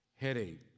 headache